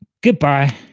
Goodbye